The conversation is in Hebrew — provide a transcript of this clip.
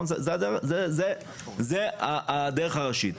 זאת הדרך הראשית.